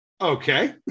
okay